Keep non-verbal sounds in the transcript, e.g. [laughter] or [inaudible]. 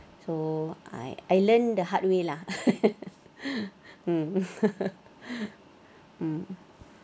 so I I learnt the hard way lah [laughs] mm [laughs] mm